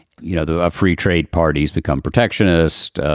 you know, the free trade parties become protectionist.